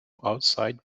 outside